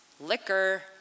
liquor